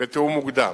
בתיאום מוקדם.